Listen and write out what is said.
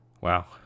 Wow